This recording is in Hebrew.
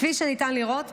כפי שניתן לראות,